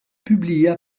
publia